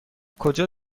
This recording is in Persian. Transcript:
کجا